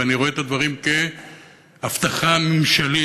ואני רואה את הדברים כהבטחה מִמְשָלית,